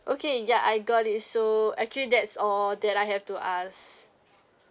okay ya I got it so actually that's all that I have to ask